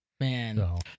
Man